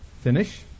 finish